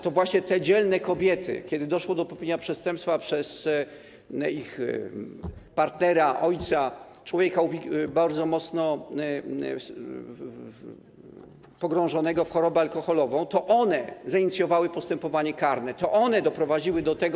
To właśnie te dzielne kobiety, kiedy doszło do popełnienia przestępstwa przez ich partnera, ojca, człowieka bardzo mocno pogrążonego w chorobie alkoholowej, zainicjowały postępowanie karne, to one doprowadziły do tego.